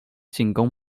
进攻